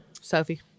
sophie